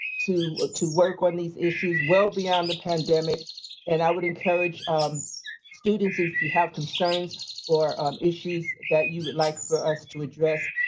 to to work on these issues well beyond the pandemic and i would encourage um students if you have concerns or issues, that you would like for us to address,